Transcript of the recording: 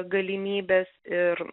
galimybes ir